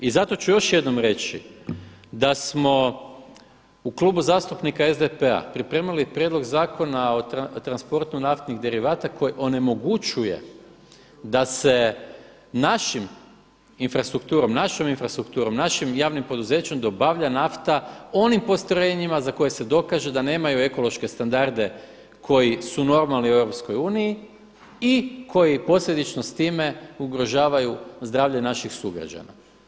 I zato ću još jednom reći da smo u Klubu zastupnika SDP-a pripremili prijedlog zakona o transportu naftnih derivata koji onemogućuje da se našim infrastrukturom, našom infrastrukturom, našim javnim poduzećem dobavlja nafta onim postrojenjima za koje se dokaže da nemaju ekološke standarde koji su normalni u EU i koji posljedično s time ugrožavaju zdravlje naših sugrađana.